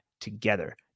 together